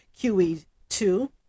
QE2